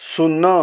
ଶୂନ